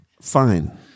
fine